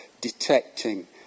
detecting